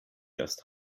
just